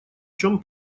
чем